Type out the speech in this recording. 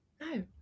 No